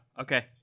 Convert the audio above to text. okay